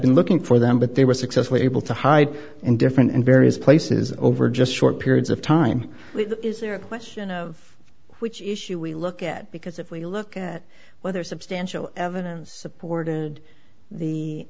been looking for them but they were successfully able to hide in different in various places over just short periods of time is there a question of which issue we look at because if we look at whether substantial evidence supported the